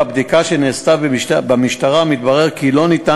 בבדיקה שנעשתה במשטרה מתברר כי לא ניתן